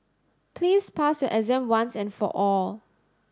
please pass your exam once and for all